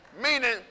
Meaning